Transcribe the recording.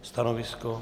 Stanovisko?